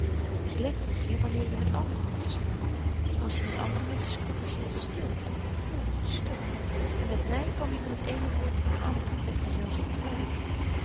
ik lette op je wanneer je met andere menschen sprak maar als je met andere menschen sprak was je stil koel stug en met mij kwam je van het eene woord op het andere en werd je zelfs vertrouwelijk